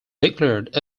declared